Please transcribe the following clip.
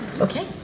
Okay